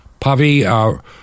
Pavi